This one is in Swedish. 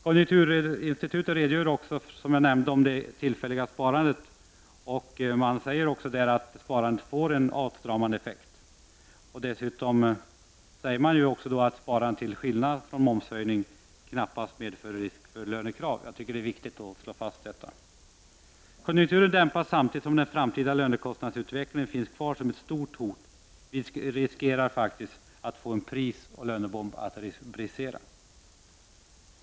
Konjunkturinstitutet redogör också, som jag nämnde, för det tillfälliga obligatoriska sparandet och säger att sparandet får en åtstramande effekt. Dessutom sägs att sparandet till skillnad från momshöjning knappast medför risk för lönekrav. Jag tycker att det är viktigt att slå fast detta. Konjunkturen dämpas samtidigt som den framtida lönekostnadsutvecklingen finns kvar som ett stort hot. Vi riskerar att få en prisoch lönebomb att brisera.